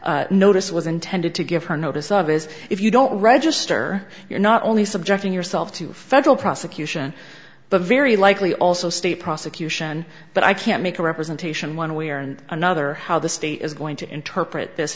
notice was intended to give her notice of is if you don't register you're not only subjecting yourself to federal prosecution but very likely also state prosecution but i can't make a representation one way or another how the state is going to interpret this